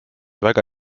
väga